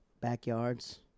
backyards